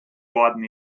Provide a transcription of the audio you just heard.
worden